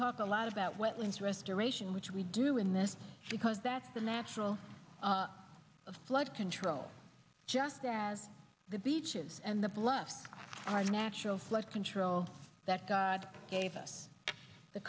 talk a lot about wetlands restoration which we do in this because that's the natural of flood control just as the beaches and the bluff are natural flood control that god gave us the